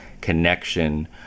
connection